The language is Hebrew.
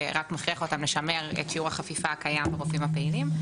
ורק מכריח אותם לשמר את שיעור החפיפה הקיים ברופאים הפעילים.